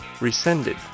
rescinded